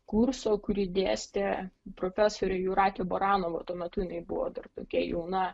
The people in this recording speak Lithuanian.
kurso kurį dėstė profesorė jūratė baranova tuo metu jinai buvo dar tokia jauna